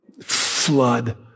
Flood